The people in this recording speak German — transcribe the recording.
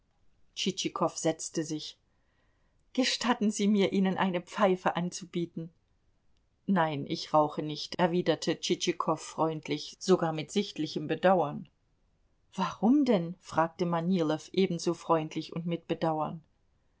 tschitschikow setzte sich gestatten sie mir ihnen eine pfeife anzubieten nein ich rauche nicht erwiderte tschitschikow freundlich sogar mit sichtlichem bedauern warum denn fragte manilow ebenso freundlich und mit bedauern